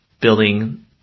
building